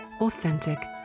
authentic